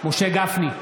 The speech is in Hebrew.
משה גפני,